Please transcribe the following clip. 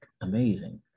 amazing